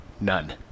None